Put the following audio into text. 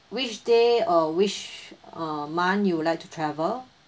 month you would like to travel